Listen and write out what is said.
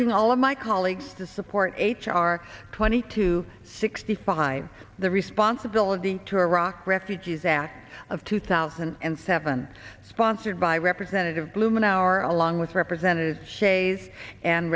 urging all of my colleagues to support h r twenty two sixty five the responsibility to iraq refugees act of two thousand and seven sponsored by representative blum an hour along with representatives shays and